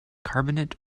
carbonate